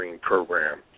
program